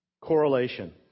Correlation